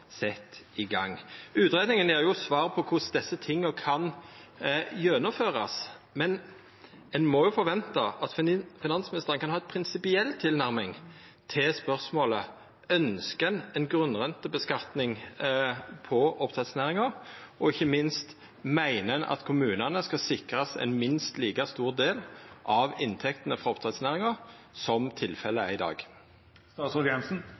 sett i gang. Utgreiinga gjev svar på korleis desse tinga kan gjennomførast, men ein må kunna forventa at finansministeren har ei prinsipiell tilnærming til spørsmålet om ein ønskjer ei grunnrenteskattlegging på oppdrettsnæringa, og ikkje minst om ein ønskjer at kommunane skal sikrast ein minst like stor del av inntektene frå oppdrettsnæringa, slik tilfellet